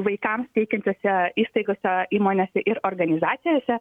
vaikams teikiančiose įstaigose įmonėse ir organizacijose